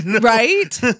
right